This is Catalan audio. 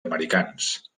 americans